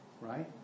right